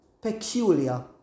peculiar